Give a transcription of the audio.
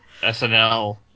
SNL